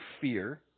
fear